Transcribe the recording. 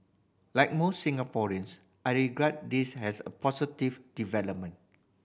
like most Singaporeans I regard this as a positive development